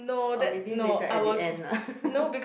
or maybe later at the end ah